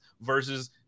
versus